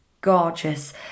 gorgeous